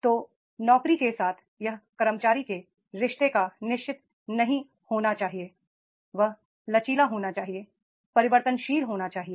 तो नौकरी के साथ यह कर्मचारी के रिश्ते का निश्चित नहीं होना चाहिए वह लचीला होना चाहिए परिवर्तनशील होना चाहिए